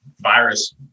virus